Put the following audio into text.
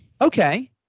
okay